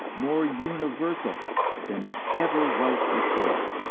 more universal than it ever was before,